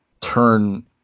turn